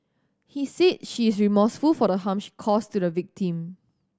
he said she is remorseful for the harm she caused to the victim